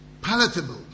Palatable